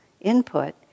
input